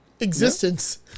existence